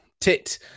Tit